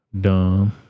Dumb